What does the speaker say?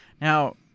Now